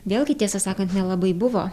vėlgi tiesą sakant nelabai buvo